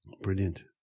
Brilliant